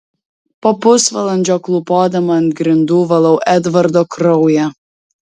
po pusvalandžio klūpodama ant grindų valau edvardo kraują